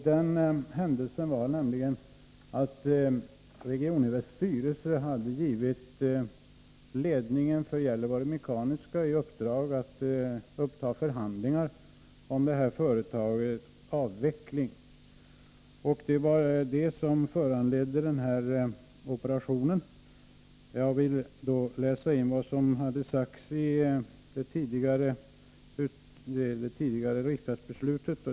Den händelsen var att Regioninvests styrelse hade gett ledningen för Gällivare Mekaniska Verkstad i uppdrag att uppta förhandlingar om detta företags avveckling. Det var det som föranledde denna operation. Jag vill läsa upp det som sagts i det tidigare riksdagsbeslutet.